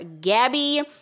Gabby